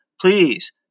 please